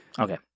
Okay